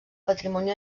patrimoni